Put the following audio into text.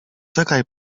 czekaj